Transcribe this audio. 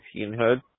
teenhood